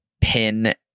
pin